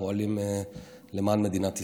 פועלים למען מדינת ישראל.